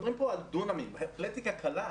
מדברים פה על דונמים, אתלטיקה קלה.